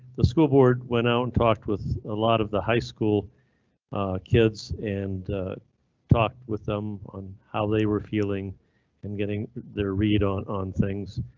the school board, went out and talked with a lot of the high school kids and talked with them on how they were feeling and getting their read on on things.